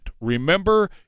remember